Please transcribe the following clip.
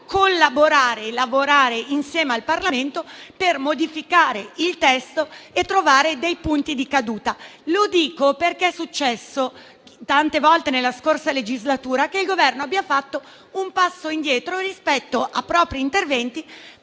collaborare e lavorare insieme al Parlamento per modificare il testo e trovare dei punti di caduta. Lo dico perché è successo tante volte nella scorsa legislatura che il Governo abbia fatto un passo indietro rispetto a propri interventi,